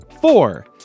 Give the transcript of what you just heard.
Four